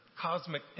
cosmic